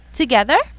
together